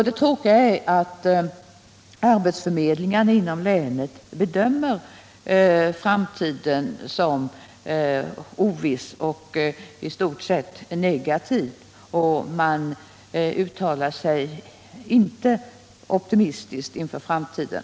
Det tråkiga är att arbetsförmedlingen inom länet bedömer framtiden som oviss och i stort sett negativ, och man uttalar sig där inte optimistiskt inför framtiden.